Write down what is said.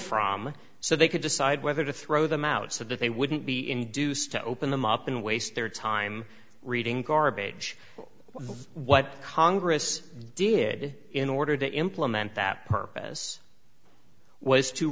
from so they could decide whether to throw them out so that they wouldn't be induced to open them up and waste their time reading garbage or what congress did in order to implement that purpose was to